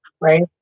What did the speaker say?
right